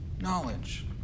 Knowledge